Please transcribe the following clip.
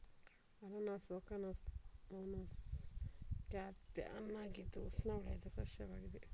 ಅನಾನಸ್ ಓಕಮೊಸಸ್ ಖಾದ್ಯ ಹಣ್ಣಾಗಿದ್ದು ಉಷ್ಣವಲಯದ ಸಸ್ಯವಾಗಿದೆ